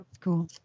cool